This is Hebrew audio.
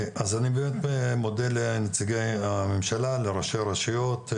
אני באמת מודה לנציגי הממשלה, לראשי הרשויות.